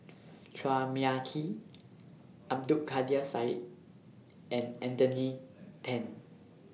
Chua Mia Tee Abdul Kadir Syed and Anthony Then